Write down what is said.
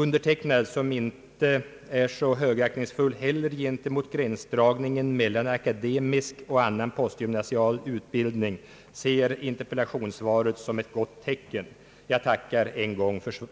Undertecknad, som inte är så högaktningsfull heller gentemot gränsdragningen mellan akademisk och annan postgymnasial utbildning, ser interpellationssvaret som ett gott tecken. Jag tackar än